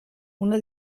una